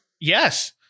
Yes